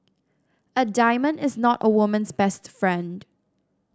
a diamond is not a woman's best friend